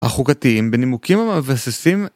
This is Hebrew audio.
החוקתיים, בנימוקים המבססים